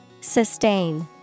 Sustain